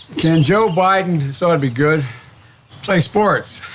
can joe biden this oughta be good play sports?